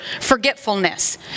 forgetfulness